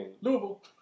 Louisville